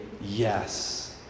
yes